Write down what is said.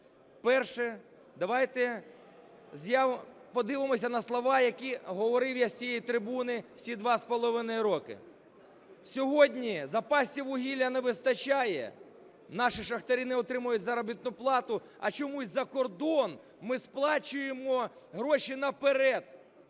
Перше. Давайте подивимося на слова, які я говорив з цієї трибуни всі два з половиною роки. Сьогодні запасів вугілля не вистачає, наші шахтарі не отримують заробітну плату, а чомусь за кордон ми сплачуємо гроші наперед.